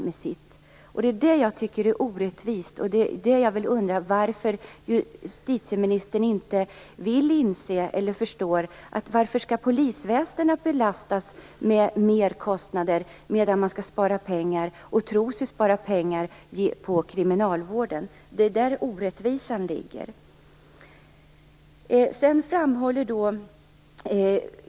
Det är just det som jag tycker är orättvist. Jag undrar varför justitieministern inte vill inse, eller inte förstår, att polisväsendet belastas med mer kostnader medan man tror sig spara pengar på kriminalvården. Det är där som orättvisan ligger.